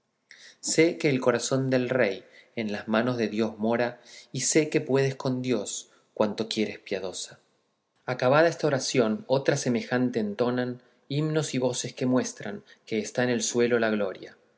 sé que el corazón del rey en las manos de dios mora y sé que puedes con dios cuanto quieres piadosa acabada esta oración otra semejante entonan himnos y voces que muestran que está en el suelo la gloria